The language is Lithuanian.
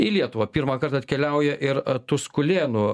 į lietuvą pirmą kartą atkeliauja ir tuskulėnų